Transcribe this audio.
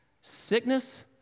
Sickness